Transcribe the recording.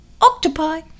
octopi